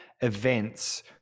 events